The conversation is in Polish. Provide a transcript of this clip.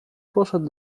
poszedł